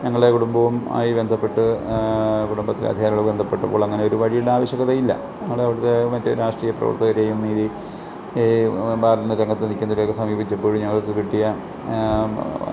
ഞങ്ങളുടെ കുടുംബവും ആയി ബന്ധപ്പെട്ട് കുടുംബത്തിലെ അധികാരികൾ ബന്ധപ്പെട്ടപ്പോൾ അങ്ങനെ ഒരു വഴിയുടെ ആവശ്യകത ഇല്ല ഞങ്ങളുടെ അവിടത്തെ മറ്റേ രാഷ്ട്രീയ പ്രവർത്തകരെയും നേരിൽ ഈ ബാറിന്റെ രംഗത്ത് നിൽക്കുന്നവരെയുമൊക്കെ സമീപിച്ചപ്പോൾ ഞങ്ങൾക്ക് കിട്ടിയ